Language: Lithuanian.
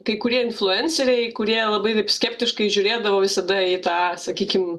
kai kurie influenceriai kurie labai skeptiškai žiūrėdavo visada į tą sakykim